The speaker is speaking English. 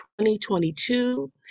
2022